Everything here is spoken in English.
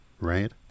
Right